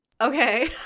Okay